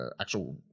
actual